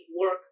work